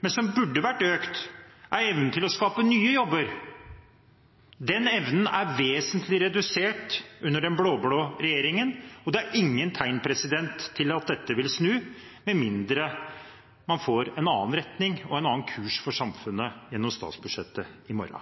men som burde vært økt, er evnen til å skape nye jobber. Den evnen er vesentlig redusert under den blå-blå regjeringen, og det er ingen tegn til at dette vil snu – med mindre man får en annen retning og en annen kurs for samfunnet gjennom statsbudsjettet i morgen.